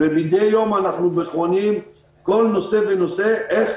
ומידי יום אנחנו בוחנים כל נושא ונושא, איך